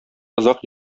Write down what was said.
озак